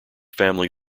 family